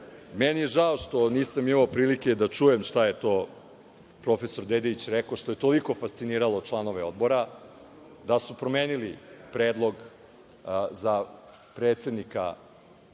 ovo. Meni je žao što nisam imao prilike da čujem šta je to prof. Dedejić rekao što je toliko fasciniralo članove odbora, da su promenili predlog za predsednika